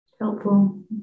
Helpful